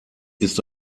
ist